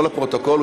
לא לפרוטוקול,